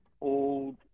old